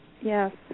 Yes